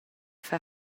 far